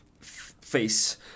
face